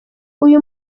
uyu